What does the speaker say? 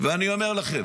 ואני אומר לכם